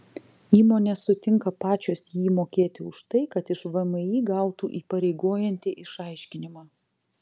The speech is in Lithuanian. įmonės sutinka pačios jį mokėti už tai kad iš vmi gautų įpareigojantį išaiškinimą